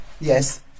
Yes